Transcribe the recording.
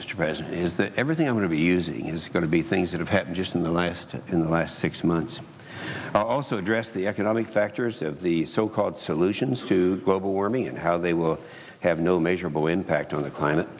to present is that everything i want to be using is going to be things that have happened just in the last in the last six months also addressed the economic factors of the so called solutions to global warming and how they will have no measurable impact on the climate